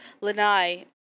Lanai